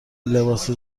لباس